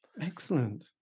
Excellent